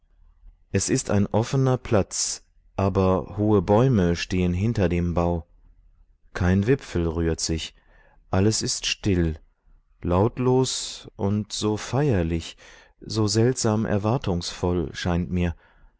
es ist ein offener platz aber hohe bäume stehen hinter dem bau kein wipfel rührt sich alles ist still lautlos und so feierlich so seltsam erwartungsvoll scheint mir